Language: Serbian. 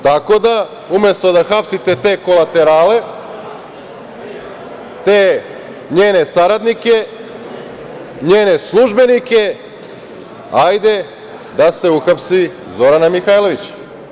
Tako da, umesto da hapsite te kolaterale, te njene saradnike, njene službenike, hajde da se uhapsi Zorana Mihajlović.